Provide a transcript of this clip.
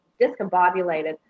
discombobulated